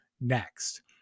next